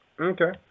Okay